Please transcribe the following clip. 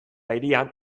hirian